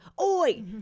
oi